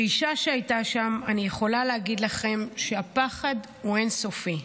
"כאישה שהייתה שם אני יכולה להגיד לכם שהפחד הוא אין-סופי,